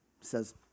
says